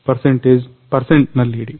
ಪರ್ಸೆಂಟ್ನಲ್ಲಿ ಇಡಿ